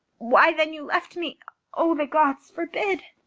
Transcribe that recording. why then, you left me o, the gods forbid